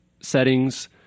settings